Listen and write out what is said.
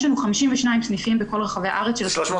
יש לנו 52 סניפים בכל רחבי הארץ של ה- -- שלנו.